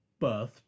birthed